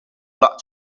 lot